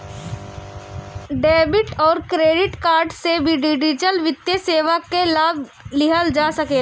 debit अउरी credit card से भी डिजिटल वित्तीय सेवा कअ लाभ लिहल जा सकेला